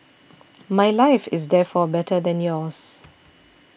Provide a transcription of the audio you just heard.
my life is therefore better than yours